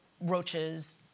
roaches